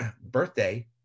birthday